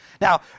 now